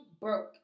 broke